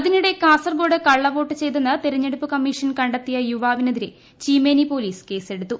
അതിനിടെ കാ സർകോട് കള്ളവോട്ട് ചെയ്തെന്ന് തെരഞ്ഞെടുപ്പ് കമ്മീഷൻ ക ണ്ടെത്തിയ യുവാവിന് എതിരെ ചീമേനി പൊലീസ് കേസെടു ത്തു